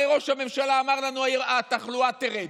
הרי ראש הממשלה אמר לנו: התחלואה תרד.